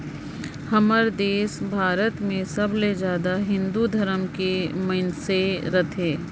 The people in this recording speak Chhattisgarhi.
हमर देस भारत मे सबले जादा हिन्दू धरम के मइनसे रथें